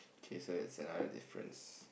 K so that's another difference